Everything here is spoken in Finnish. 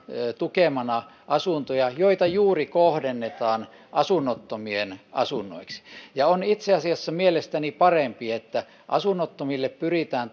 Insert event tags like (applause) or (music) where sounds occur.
tukemana asuntoja joita juuri kohdennetaan asunnottomien asunnoiksi ja on itse asiassa mielestäni parempi että asunnottomille pyritään (unintelligible)